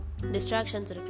distractions